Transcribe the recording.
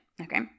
Okay